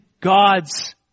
God's